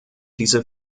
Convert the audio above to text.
diese